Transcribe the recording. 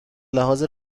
لحاظ